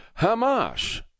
Hamas